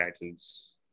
titles